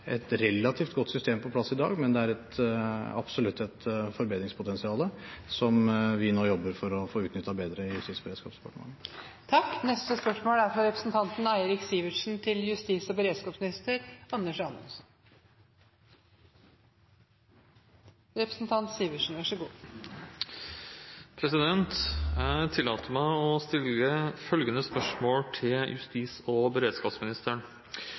et relativt godt system på plass i dag, men det er absolutt et forbedringspotensial, som vi nå jobber for å få utnyttet bedre i Justis- og beredskapsdepartementet. Jeg tillater meg å stille følgende spørsmål til justis- og beredskapsministeren: «Overføringen av politiets oppgaver i EØS, oppholds- og statsborgersaker til UDI, er grundig utredet i prosjekt førstelinjereformen. Endringene ble gjort klare til